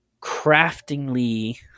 craftingly